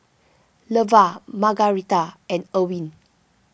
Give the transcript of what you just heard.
Leva Margaretha and Erwin